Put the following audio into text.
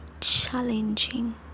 challenging